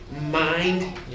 mind